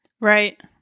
Right